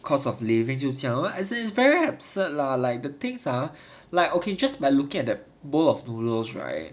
cost of living 就这样 as in very absurd lah like the things ha like okay just by looking at the bowl of noodles right